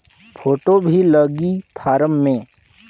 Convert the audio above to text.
Photo भी लगी form मे?